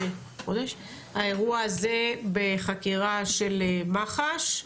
האירוע הזה בחקירה של מח"ש,